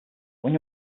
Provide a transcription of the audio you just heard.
when